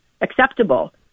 acceptable